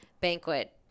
banquet